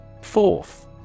Fourth